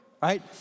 Right